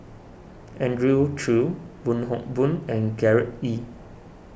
Andrew Chew Wong Hock Boon and Gerard Ee